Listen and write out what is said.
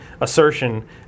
assertion